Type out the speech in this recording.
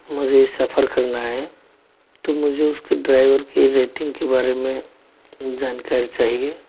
मुझे सफ़र करना है तो मुझे उसके ड्राइवर की रेटिंग के बारे में जानकारी चाहिए